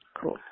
Cool